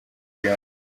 yombi